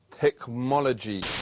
technology